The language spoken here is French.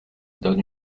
donne